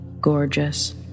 gorgeous